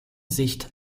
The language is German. sicht